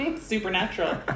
Supernatural